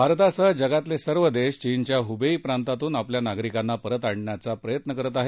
भारतासह जगातले सर्व देश चीनच्या हुबेई प्रांतातून आपल्या नागरिकांना परत आणण्याचा प्रयत्न करत आहेत